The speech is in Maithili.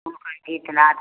गीत नाद